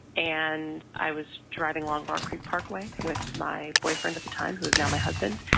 and i was driving along rock creek parkway with my boyfriend at the time, who is now my husband.